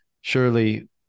surely